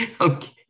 Okay